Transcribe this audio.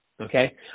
Okay